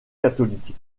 catholique